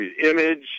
image